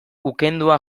ukendua